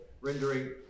rendering